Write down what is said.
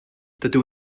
dydw